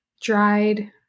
dried